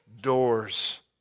doors